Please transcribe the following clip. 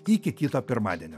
iki kito pirmadienio